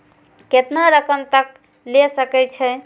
केतना रकम तक ले सके छै?